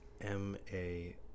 M-A